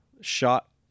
shot